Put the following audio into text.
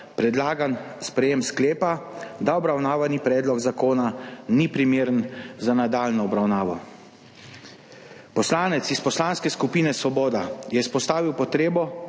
predlagan sprejem sklepa, da obravnavani predlog zakona ni primeren za nadaljnjo obravnavo. Poslanec iz Poslanske skupine Svoboda je izpostavil potrebo